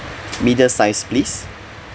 middle size please